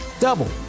double